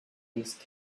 these